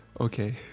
okay